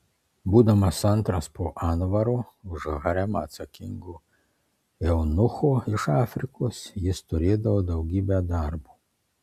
būdamas antras po anvaro už haremą atsakingo eunucho iš afrikos jis turėdavo daugybę darbo